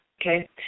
okay